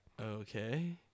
Okay